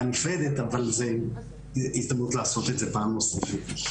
נפרדת אבל זו הזדמנות לעשות את זה פעם נוספת.